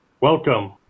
Welcome